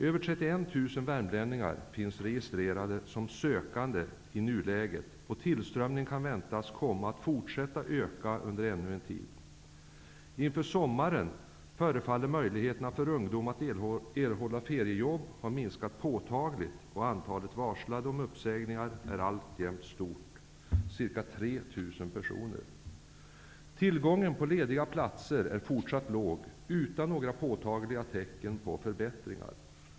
Över 31 000 värmlänningar finns registrerade som sökande i nuläget, och tillströmningen väntas komma att fortsätta att öka under ännu en tid. Inför sommaren förefaller möjligheterna för ungdomar att erhålla feriejobb ha minskat påtagligt, och antalet varslade om uppsägningar är alltjämt stort, ca 3 000 personer. Tillgången på lediga platser är fortsatt liten, utan några påtagliga tecken på förbättringar.